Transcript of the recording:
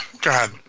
God